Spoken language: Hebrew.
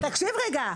תקשיב רגע,